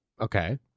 Okay